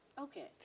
Okay